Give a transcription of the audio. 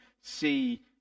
see